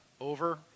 over